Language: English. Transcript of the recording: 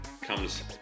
comes